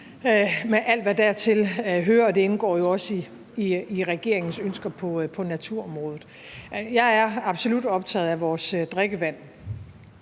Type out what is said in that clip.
med alt, hvad dertil hører. Det indgår jo også i regeringens ønsker på naturområdet. Jeg er absolut optaget af vores drikkevand.